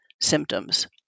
symptoms